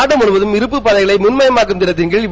நாடுருமுவதம் இருப்புப்பாதைகளை மின்மாயமாக்கும் திட்டத்தின்கீழ்